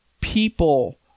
people